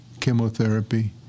chemotherapy